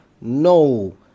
No